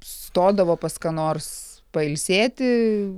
stodavo pas ką nors pailsėti